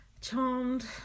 Charmed